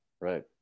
right